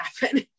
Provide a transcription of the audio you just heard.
happen